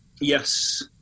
Yes